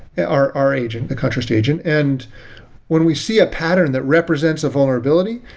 and our our agent, the contrast agent. and when we see a pattern that represents a vulnerability,